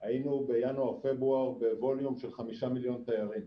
פה היינו בינואר-פברואר בווליום של חמישה מיליון תיירים,